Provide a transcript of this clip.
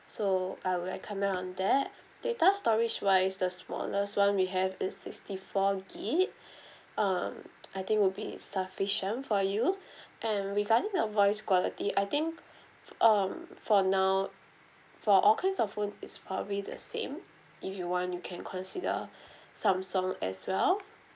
so I will recommend on that data storage wise the smallest one we have is sixty four gig um I think will be sufficient for you and regarding the voice quality I think um for now for all kinds of phone it's probably the same if you want you can consider samsung as well